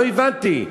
לא הבנתי.